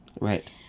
Right